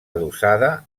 adossada